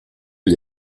gli